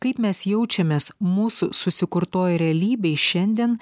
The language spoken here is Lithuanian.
kaip mes jaučiamės mūsų susikurtoj realybėj šiandien